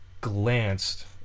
glanced